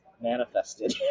manifested